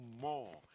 more